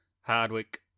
Hardwick